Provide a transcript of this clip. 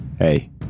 Hey